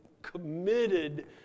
committed